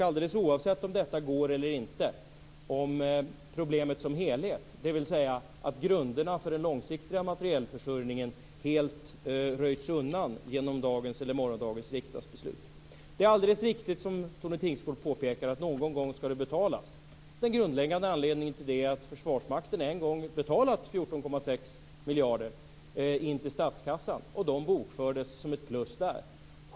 Alldeles avsett om detta går eller inte är problemet som helhet att grunderna för den långsiktiga materielförsörjningen helt röjs undan genom dagens eller morgondagens riksdagsbeslut. Det är alldeles riktigt som Tone Tingsgård påpekar: Någon gång skall det betalas. Den grundläggande anledningen till det är att Försvarsmakten en gång betalat 14,6 miljarder till statskassan och att de bokfördes som ett plus där.